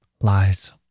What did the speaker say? Lies